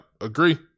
agree